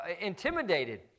intimidated